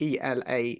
ELA